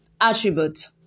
attribute